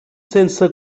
sense